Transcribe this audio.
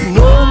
no